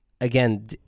again